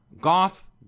Goff